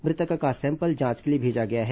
मृतक का सैंपल जांच के लिए भेजा गया है